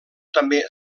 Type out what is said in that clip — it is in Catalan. també